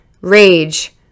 Rage